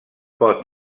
pot